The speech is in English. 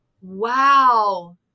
wow